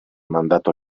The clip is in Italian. mandato